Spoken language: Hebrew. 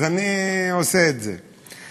אז אני עושה את זה.